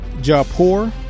Jaipur